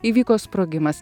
įvyko sprogimas